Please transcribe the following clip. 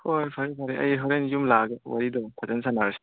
ꯍꯣꯏ ꯐꯔꯦ ꯐꯔꯦ ꯑꯩ ꯍꯣꯔꯦꯟ ꯌꯨꯝ ꯂꯥꯛꯑꯒ ꯋꯥꯔꯤꯗꯣ ꯐꯖꯅ ꯁꯥꯟꯅꯔꯁꯤ